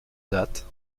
date